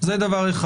זה דבר אחד.